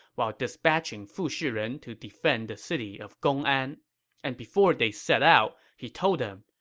while dispatching fu shiren to defend the city of gongan. and before they set out, he told them,